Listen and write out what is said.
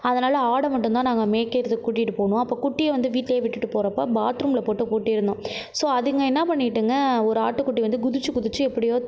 அதனால் ஆட்ட மட்டுந்தான் நாங்கள் மேய்க்கிறதுக்கு கூட்டிகிட்டு போனோம் அப்போ குட்டியை வந்து வீட்டிலியே விட்டுவிட்டு போகிறப்ப பாத்ரூமில் போட்டு பூட்டியிருந்தோம் ஸோ அதுங்க என்ன பண்ணிட்டுங்க ஒரு ஆட்டுக்குட்டி வந்து குதித்து குதித்து எப்படியோ